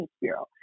Bureau